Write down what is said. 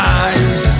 eyes